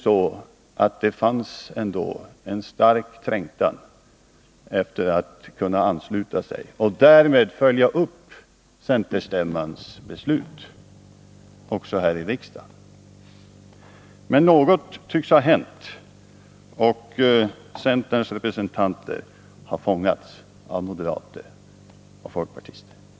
Fanns det inte en stark trängtan till att ansluta sig och därmed följa upp centerstämmans beslut också här i riksdagen? Men något har hänt, och centerns representanter har fångats av moderater och folkpartister.